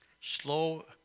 Slow